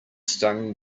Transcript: stung